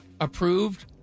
approved